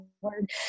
word